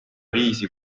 viisi